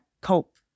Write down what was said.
cope